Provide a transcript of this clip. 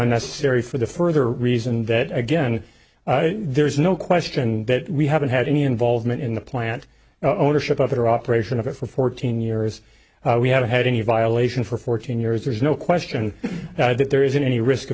unnecessary for the further reason that again there's no question that we haven't had any involvement in the plant ownership of it or operation of it for fourteen years we haven't had any violation for fourteen years there's no question that there isn't any risk